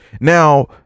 Now